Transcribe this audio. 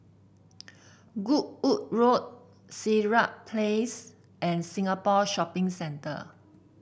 Goodwood Road Sirat Place and Singapore Shopping Centre